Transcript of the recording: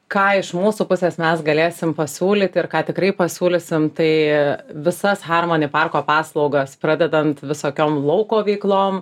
ką iš mūsų pusės mes galėsim pasiūlyti ir ką tikrai pasiūlysim tai visas harmoni parko paslaugas pradedant visokiom lauko veiklom